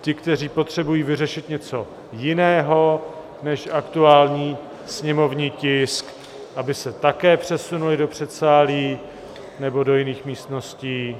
Ti, kteří potřebují vyřešit něco jiného než aktuální sněmovní tisk, aby se také přesunuli do předsálí nebo do jiných místností.